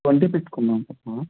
twenty పెట్టుకుందాం